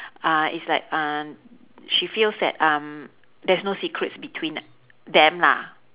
uh it's like uh she feels that um there's no secrets between them lah